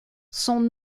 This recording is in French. son